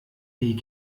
die